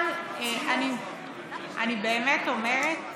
אבל, אני באמת אומרת